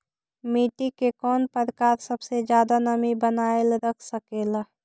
मिट्टी के कौन प्रकार सबसे जादा नमी बनाएल रख सकेला?